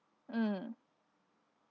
mm